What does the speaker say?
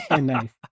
Nice